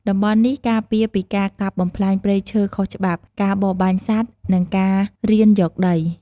តំបន់នេះការពារពីការកាប់បំផ្លាញព្រៃឈើខុសច្បាប់ ការបរបាញ់សត្វ និងការរានយកដី។